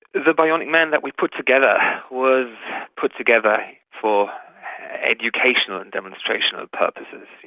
the bionic man that we put together was put together for educational and demonstrational purposes.